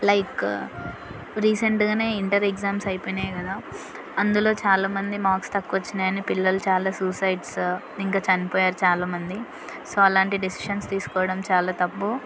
like రీసెంట్గానే inter exams అయిపోయినాయి కదా అందులో చాలా మంది మాక్స్ తక్కువ వచ్చినాయని పిల్లలు చాలా సూసైడ్స్ ఇంకా చనిపోయారు చాలామంది సో అలాంటి డెసిషన్స్ తీసుకోవడం చాలా తప్పు